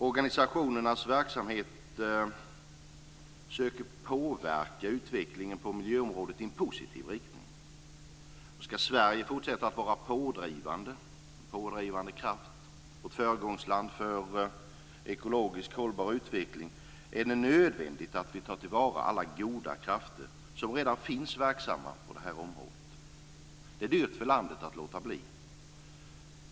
Organisationernas verksamhet försöker påverka utvecklingen på miljöområdet i en positiv riktning. Om Sverige ska fortsätta att vara en pådrivande kraft och ett föregångsland för ekologiskt hållbar utveckling är det nödvändigt att vi tar till vara alla goda krafter som redan finns verksamma på det här området. Det är dyrt för landet att låta bli.